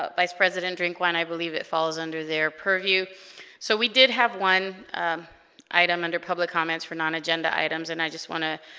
ah vice president drink wine i believe it falls under their purview so we did have one item under public comments for non agenda items and i just want to